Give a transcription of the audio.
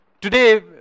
today